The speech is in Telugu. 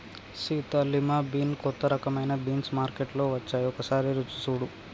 సీత లిమా బీన్ కొత్త రకమైన బీన్స్ మార్కేట్లో వచ్చాయి ఒకసారి రుచి సుడు